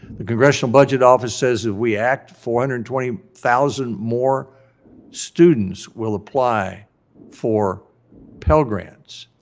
the congressional budget office says if we act four hundred and twenty thousand more students will apply for pell grants.